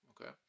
okay